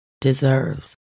deserves